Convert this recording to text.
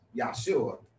Yahshua